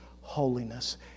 holiness